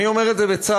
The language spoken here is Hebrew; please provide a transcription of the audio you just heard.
אני אומר את זה בצער,